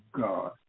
God